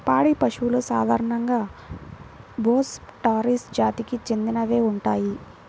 పాడి పశువులు సాధారణంగా బోస్ టారస్ జాతికి చెందినవే ఉంటాయి